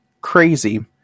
crazy